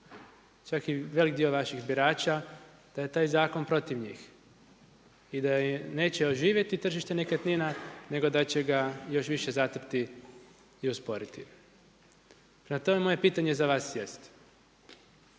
čak i velik dio vaših birača da je taj zakon protiv njih. I da neće oživjeti tržište nekretnina, nego da će ga još više zatrti i usporiti. Prema tome moje pitanje za vas jest.